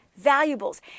valuables